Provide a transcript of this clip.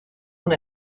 una